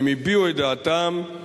הם הביעו את דעתם.